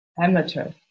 Amateur